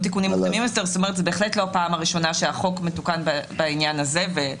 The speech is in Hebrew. זאת אומרת זו בהחלט לא הפעם הראשונה שהחוק מתוקן בעניין הזה,